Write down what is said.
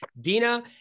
Dina